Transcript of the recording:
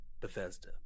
Bethesda